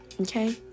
Okay